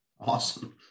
awesome